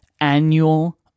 annual